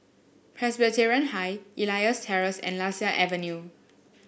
Presbyterian High Elias Terrace and Lasia Avenue